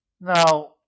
Now